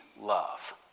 love